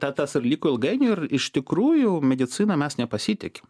ta tas ir liko ilgainiui ir iš tikrųjų medicina mes nepasitikim